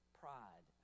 pride